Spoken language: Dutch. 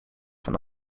van